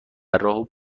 راهو